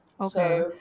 okay